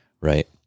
right